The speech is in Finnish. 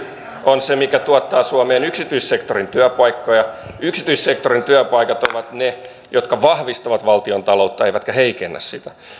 on se mikä tuottaa suomeen yksityissektorin työpaikkoja yksityissektorin työpaikat ovat ne jotka vahvistavat valtiontaloutta eivätkä heikennä sitä